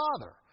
Father